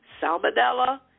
salmonella